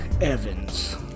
Evans